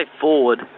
forward